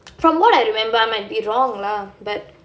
from what I remember I might be wrong lah